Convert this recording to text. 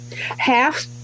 half